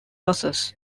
losses